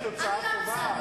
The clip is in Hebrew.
יש תוצאה קובעת.